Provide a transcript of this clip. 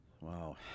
Wow